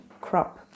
crop